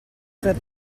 that